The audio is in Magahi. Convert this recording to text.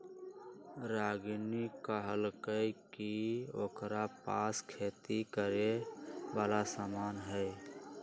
रागिनी कहलकई कि ओकरा पास खेती करे वाला समान हई